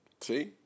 See